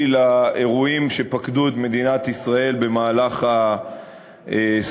לאירועים שפקדו את מדינת ישראל במהלך הסופה,